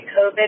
COVID